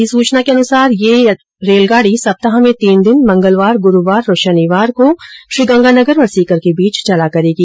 अधिसूचना के अनुसार यह यात्री रेलगाड़ी सप्ताह में तीन दिन मंगलवार गुरुवार और शनिवार को श्रीगंगानगर और सीकर के बीच चला करेगी